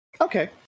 Okay